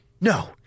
No